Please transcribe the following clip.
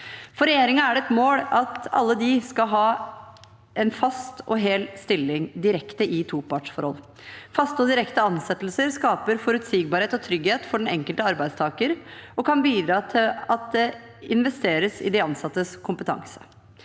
For regjeringen er det et mål at alle de skal ha en fast og hel stilling, direkte i topartsforhold. Faste og direkte ansettelser skaper forutsigbarhet og trygghet for den enkelte arbeidstaker og kan bidra til at det investeres i de ansattes kompetanse.